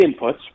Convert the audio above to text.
inputs